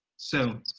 so,